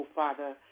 father